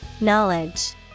Knowledge